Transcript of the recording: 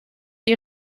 die